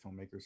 filmmakers